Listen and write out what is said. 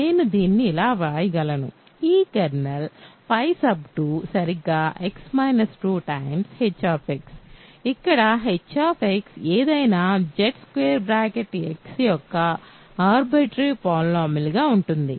నేను దీన్ని ఇలా వ్రాయగలను ఈ కెర్నల్ 2 సరిగ్గా x 2 h ఇక్కడ h ఏదైనా Zx యొక్క ఆర్బిటరీ పాలినామియల్ గా ఉంటుంది